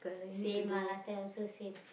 same lah last time also same